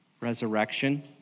resurrection